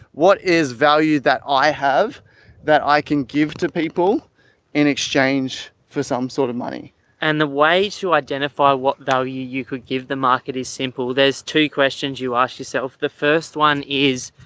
what is valued that i have that i can give to people in exchange for some sort of money and why way to identify what value you could give them. market is simple. there's two questions you asked yourself. the first one is,